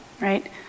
right